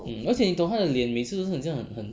mm 而且你懂他的脸每次都是很像